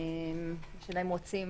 רוצים